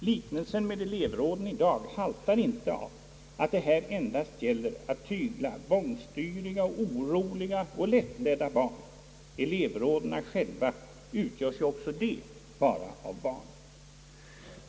Liknelsen med elevråden haltar inte av att det här gäller att tygla bångsty riga, oroliga och lättledda barn. Elevråden själva utgörs ju också bara av barn.